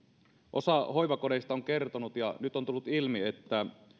osa hoivakodeista on kertonut ja nyt on tullut ilmi että